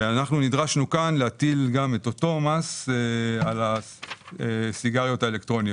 אנחנו נדרשנו כאן להטיל את אותו מס על הסיגריות האלקטרוניות.